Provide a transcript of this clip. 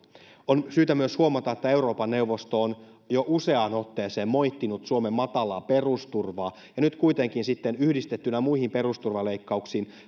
on syytä myös huomata että euroopan neuvosto on jo useaan otteeseen moittinut suomen matalaa perusturvaa ja nyt kuitenkin yhdistettynä muihin perusturvaleikkauksiin